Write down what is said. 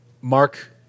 Mark